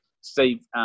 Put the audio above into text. Steve